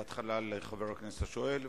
בהתחלה לחבר הכנסת השואל,